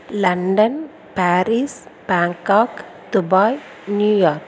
London Paris Bangkok Dubai New York